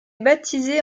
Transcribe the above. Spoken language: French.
baptisée